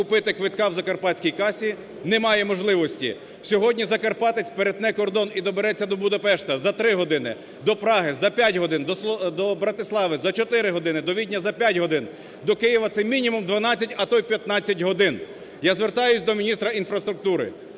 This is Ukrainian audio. купити квитка у закарпатській касі немає можливості. Сьогодні закарпатець переткне кордон і добереться до Будапешта за 3 години, до Праги – за 5 годин, до Братислави – за 4 години, до Відня – за 5 годин, до Києва – це мінімум 12, а то й 15 годин. Я звертаюсь до міністра інфраструктури.